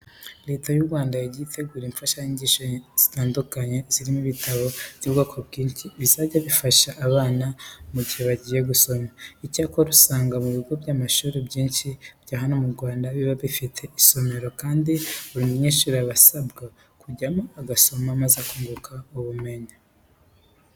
Leta y'u Rwanda yagiye itegura imfashanyigisho zitandukanye zirimo ibitabo by'ubwoko bwinshi bizajya bifasha abana mu gihe bagiye gusoma. Icyakora usanga mu bigo by'amashuri byinshi bya hano mu Rwanda, biba bifite isomero kandi buri munyeshuri aba asabwa kujyamo agasoma maze akunguka ubumenyi.